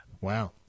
Wow